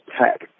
tech